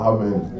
Amen